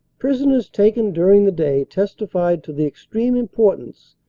prisoners taken during the day testified to the extreme importance,